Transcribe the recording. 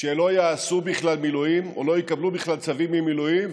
שלא יעשו בכלל מילואים או לא יקבלו בכלל צווי מילואים,